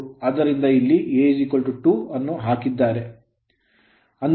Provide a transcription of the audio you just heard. ಆದ್ದರಿಂದ ಇಲ್ಲಿ A 2 ಅನ್ನು ಹಾಕಿದರೆ